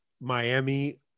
Miami